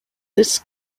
this